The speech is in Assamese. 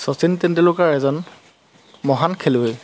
শচীন তেণ্ডুলুকাৰ এজন মহান খেলুৱৈ